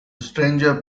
stranger